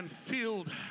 filled